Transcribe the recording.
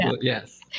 Yes